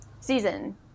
season